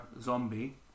zombie